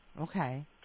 Okay